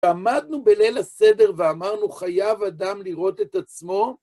עמדנו בליל הסדר ואמרנו, חייב אדם לראות את עצמו.